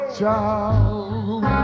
child